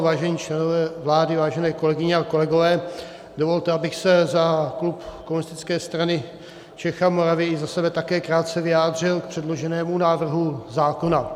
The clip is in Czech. Vážení členové vlády, vážené kolegyně a kolegové, dovolte, abych se za klub Komunistické strany Čech a Moravy i za sebe také krátce vyjádřil k předloženému návrhu zákona.